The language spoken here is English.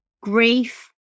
grief